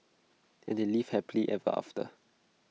and they lived happily ever after